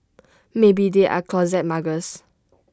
maybe they are closet muggers